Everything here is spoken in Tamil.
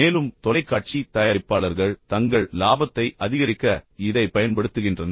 மேலும் தொலைக்காட்சி தயாரிப்பாளர்கள் தங்கள் லாபத்தை அதிகரிக்க இதைப் பயன்படுத்துகின்றனர்